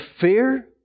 fear